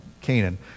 Canaan